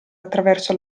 attraverso